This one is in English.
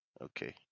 Okay